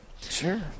Sure